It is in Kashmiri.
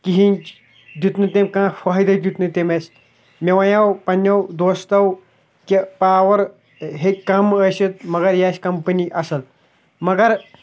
کِہیٖنٛۍ دیُت نہٕ تٔمۍ کانٛہہ فٲیدَے دیُت نہٕ اَسہِ مےٚ وَنیٛاو پنٕنٮ۪و دوستَو کہِ پاوَر ہیٚکہِ کَم ٲسِتھ مگر یہِ آسہِ کَمپٔنی اَصٕل مگر